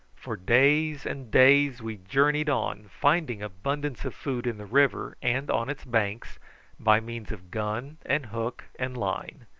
for days and days we journeyed on finding abundance of food in the river and on its banks by means of gun and hook and line.